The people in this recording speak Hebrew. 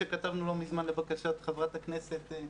שכתבנו לא מזמן לבקשת חברת הכנסת,